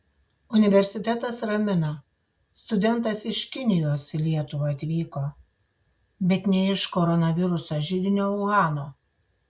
universitetas ramina studentas iš kinijos į lietuvą atvyko bet ne iš koronaviruso židinio uhano